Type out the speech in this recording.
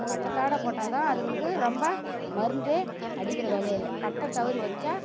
பட்டத்தோடய போட்டால் தான் அதுங்களுக்கு ரொம்ப மருந்து அடிக்கின்ற வேலை இல்லை பட்டம் தவறி வச்சா